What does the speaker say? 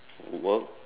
work